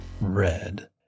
red